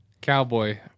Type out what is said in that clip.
cowboy